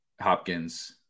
Hopkins